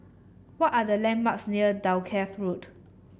what are the landmarks near Dalkeith Road